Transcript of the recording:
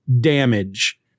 damage